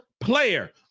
player